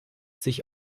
sich